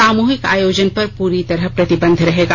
सामूहिक आयोजन पर पूरी तरह प्रतिबंध रहेगा